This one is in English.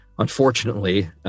Unfortunately